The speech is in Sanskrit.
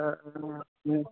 ह